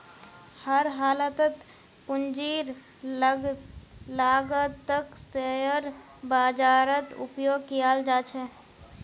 हर हालतत पूंजीर लागतक शेयर बाजारत उपयोग कियाल जा छे